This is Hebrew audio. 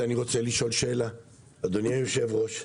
אני רוצה לשאול שאלה: אדוני היושב-ראש,